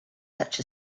such